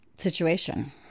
situation